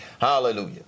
Hallelujah